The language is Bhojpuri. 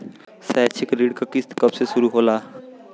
शैक्षिक ऋण क किस्त कब से शुरू होला?